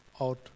out